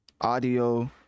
audio